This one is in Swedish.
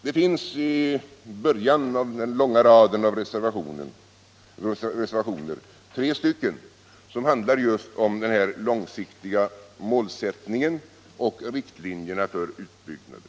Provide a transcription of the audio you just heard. Det finns i början av den långa raden av reservationer tre stycken som handlar just om den långsiktiga målsättningen och riktlinjerna för utbyggnaden.